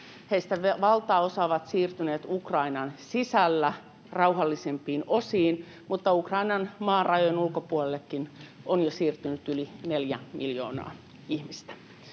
Heistä valtaosa on siirtynyt Ukrainan sisällä rauhallisempiin osiin, mutta Ukrainan maan rajojen ulkopuolellekin on jo siirtynyt yli neljä miljoonaa ihmistä.